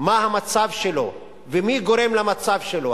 מה המצב שלו ומי גורם למצב שלו,